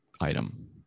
item